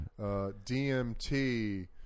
DMT